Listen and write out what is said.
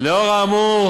לאור האמור,